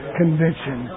convention